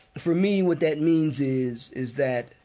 for me what that means is is that,